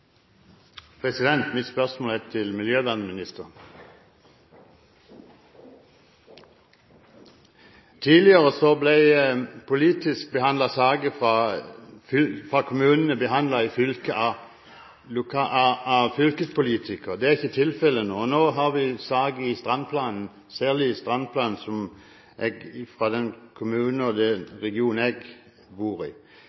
oppfølgingsspørsmål. Mitt spørsmål er til miljøvernministeren. Tidligere ble politisk behandlede saker fra kommunene behandlet i fylket av fylkespolitikerne. Det er ikke tilfellet nå. Nå har vi en sak særlig om strandplanen i den kommunen og regionen jeg bor i. Jeg lurer på om statsråden vil se litt på dette, om det